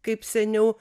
kaip seniau